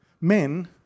men